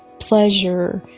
pleasure,